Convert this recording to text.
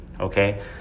okay